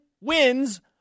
wins